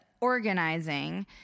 organizing